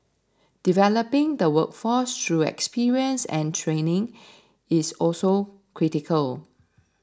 developing the workforce through experience and training is also critical